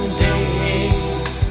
days